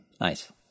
Nice